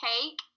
cake